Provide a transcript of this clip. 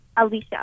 Alicia